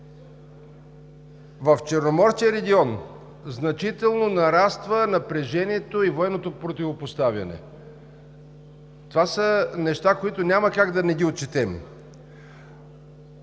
в Черноморския регион значително нараства напрежението и военното противопоставяне. Това са неща, които няма как да не ги отчетем.